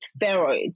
steroids